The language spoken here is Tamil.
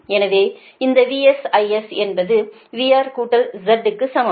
எனவே இந்த VS IS என்பதுVR கூட்டல் Z க்கு சமம்